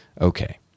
Okay